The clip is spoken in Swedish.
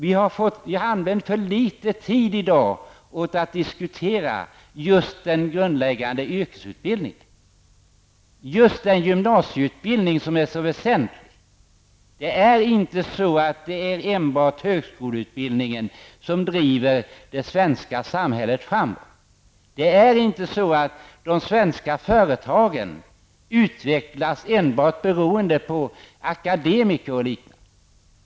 Vi har använt för litet tid i dag åt att diskutera den grundläggande yrkesutbildningen, den gymnasieutbildning som är så väsentlig. Det är inte enbart högskoleutbildningen som driver det svenska samhället framåt. De svenska företagen utvecklas inte enbart beroende på akademiker och liknande.